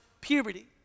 puberty